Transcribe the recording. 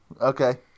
Okay